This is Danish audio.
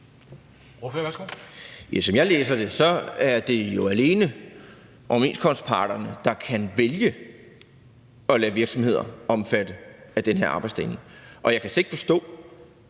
Som jeg læser det, er det jo alene overenskomstparterne, der kan vælge at lade virksomheder omfatte af den her arbejdsdeling. Og jeg kan slet ikke forstå,